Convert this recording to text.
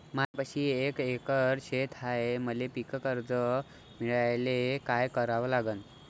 मायापाशी एक एकर शेत हाये, मले पीककर्ज मिळायले काय करावं लागन?